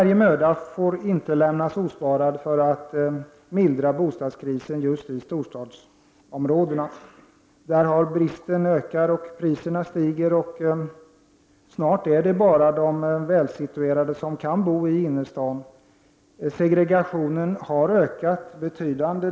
Ingen möda får sparas när det gäller att försöka mildra bostadskrisen just i storstadsområdena. Bristen på bostäder ökar och priserna stiger. Snart är det bara de välsituerade som har råd att bo i innerstaden. Segregationen har ökat påtagligt.